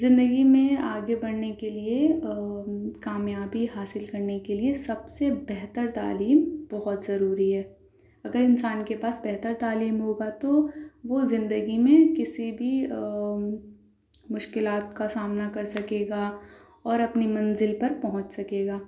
زندگی میں آگے بڑھنے کے لیے کامیابی حاصل کرنے کے لیے سب سے بہتر تعلیم بہت ضروری ہے اگر انسان کے پاس بہتر تعلیم ہوگا تو وہ زندگی میں کسی بھی مشکلات کا سامنا کر سکے گا اور اپنی منزل پر پہنچ سکے گا